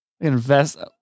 Invest